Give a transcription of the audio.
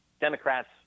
Democrats